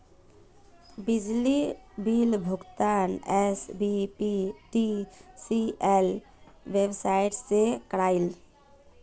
बिजली बिल भुगतान SBPDCL website से क्रॉइल